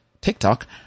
TikTok